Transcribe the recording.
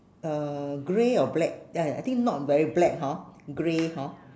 uh grey or black ya I think not very black hor grey hor